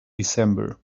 december